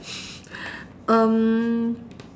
um